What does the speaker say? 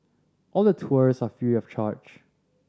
all the tours are free of charge